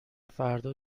فردا